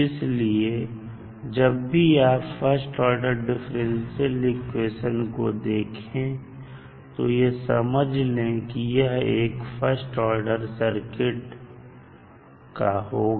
इसलिए जब भी आप फर्स्ट ऑर्डर डिफरेंशियल इक्वेशन देखें तो यह समझ ले कि यह एक फर्स्ट ऑर्डर सर्किट का होगा